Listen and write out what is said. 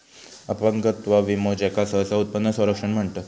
अपंगत्व विमो, ज्याका सहसा उत्पन्न संरक्षण म्हणतत